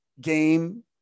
game